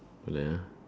don't like ya